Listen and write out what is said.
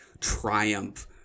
triumph